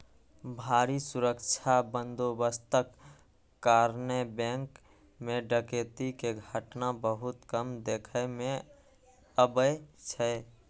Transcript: भारी सुरक्षा बंदोबस्तक कारणें बैंक मे डकैती के घटना बहुत कम देखै मे अबै छै